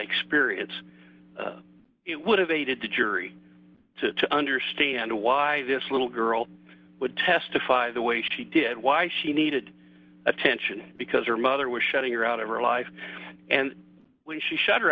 experience it would have aided the jury to understand why this little girl would testify the way she did why she needed attention because her mother was shutting her out of her life and when she